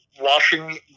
washing